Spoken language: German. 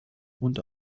und